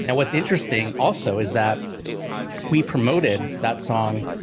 yeah what's interesting also is that we promoted that song.